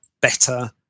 better